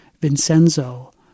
Vincenzo